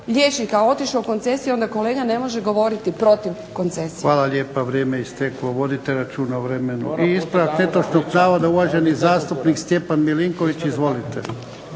liječnika otišao u koncesiju, onda kolega ne može govoriti protiv koncesije. **Jarnjak, Ivan (HDZ)** Hvala lijepa. Vrijeme je isteklo. Vodite računa o vremenu. I ispravak netočnog navoda uvaženi zastupnik Stjepan Milinković. Izvolite.